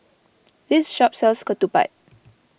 this shop sells Ketupat